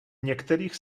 některých